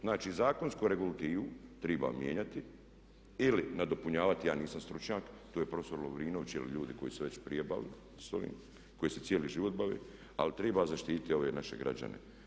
Znači zakonsku regulativu treba mijenjati ili nadopunjavati, ja nisam stručnjak, tu je prof. Lovrinović ili ljudi koji su se već prije bavili s ovim, koji se cijeli život bave, ali treba zaštititi ove naše građane.